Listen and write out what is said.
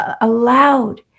allowed